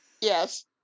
Yes